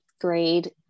grade